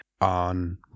on